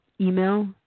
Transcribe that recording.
email